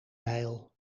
bijl